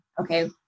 Okay